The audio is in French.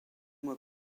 mois